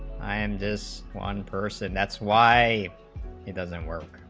um this one person that's why it doesn't work